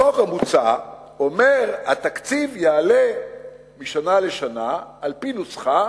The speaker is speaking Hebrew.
החוק המוצע אומר שהתקציב יעלה משנה לשנה על-פי נוסחה